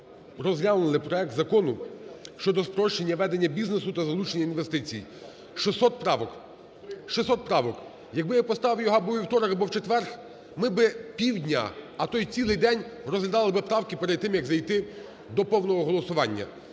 розглянули проект Закону щодо спрощення ведення бізнесу та залучення інвестицій. 600 правок, 600 правок. Якби я поставив його або у вівторок або в четвер, ми би півдня, а то і цілий день розглядали би правки перед тим як зайти до повного голосування.